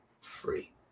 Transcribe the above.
free